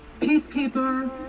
Peacekeeper